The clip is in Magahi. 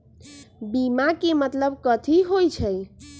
बीमा के मतलब कथी होई छई?